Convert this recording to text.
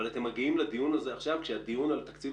אבל אתם מגיעים לדיון הזה עכשיו כשהדיון על תקציב